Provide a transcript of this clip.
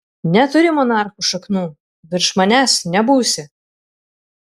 neturi monarchų šaknų virš manęs nebūsi